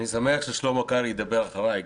אני שמח ששלמה קרעי ידבר אחריי,